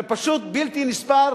זה פשוט בלתי נתפס.